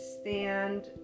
stand